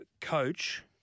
coach